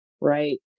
right